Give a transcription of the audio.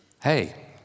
Hey